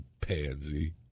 pansy